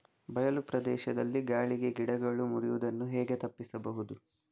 ಬಯಲು ಪ್ರದೇಶದಲ್ಲಿ ಗಾಳಿಗೆ ಗಿಡಗಳು ಮುರಿಯುದನ್ನು ಹೇಗೆ ತಪ್ಪಿಸಬಹುದು?